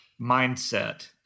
mindset